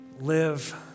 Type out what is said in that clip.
live